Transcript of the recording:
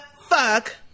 fuck